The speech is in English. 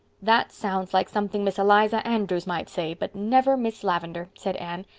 that sounds like something miss eliza andrews might say but never miss lavendar, said anne.